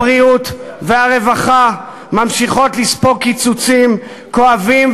הבריאות והרווחה ממשיכות לספוג קיצוצים כואבים,